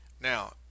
Now